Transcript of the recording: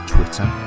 Twitter